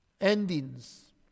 endings